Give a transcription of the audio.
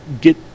get